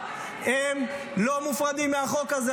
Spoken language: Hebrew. הם לא מופרדים מהחוק הזה.